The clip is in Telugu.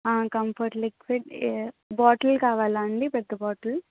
కంఫర్ట్ లిక్విడ్ బాటిల్ కావాలా అండి పెద్ద బాటిల్